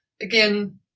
Again